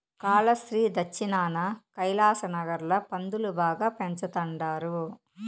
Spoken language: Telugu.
కాలాస్త్రి దచ్చినాన కైలాసనగర్ ల పందులు బాగా పెంచతండారు